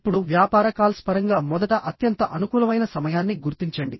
ఇప్పుడు వ్యాపార కాల్స్ పరంగా మొదట అత్యంత అనుకూలమైన సమయాన్ని గుర్తించండి